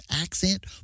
accent